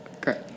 Great